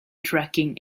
tracking